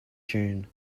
june